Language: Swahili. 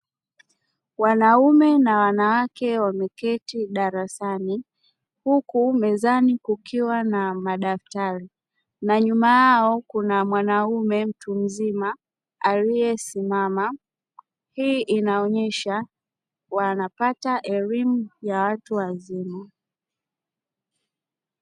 Wanaume na wanawake wameketi darasani, huku mezani kukiwa na madaftari na nyuma yao kuna mwanaume mtu mzima akiwa aliyesimama. Hii inaonyesha wanapata elimu ya watu wazima.